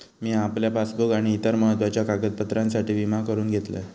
मिया आपल्या पासबुक आणि इतर महत्त्वाच्या कागदपत्रांसाठी विमा करून घेतलंय